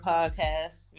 Podcast